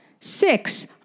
Six